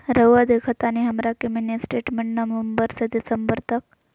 रहुआ देखतानी हमरा के मिनी स्टेटमेंट नवंबर से दिसंबर तक?